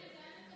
כן, זה היה,